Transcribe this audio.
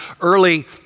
early